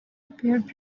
appeared